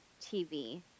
TV